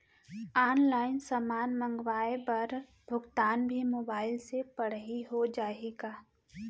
Online समान मंगवाय बर भुगतान भी मोबाइल से पड़ही हो जाही का?